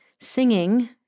singing